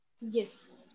Yes